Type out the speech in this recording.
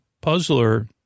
Puzzler